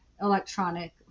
electronic